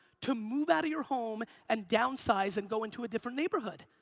to move out of your home and downsize and go into a different neighborhood.